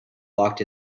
walked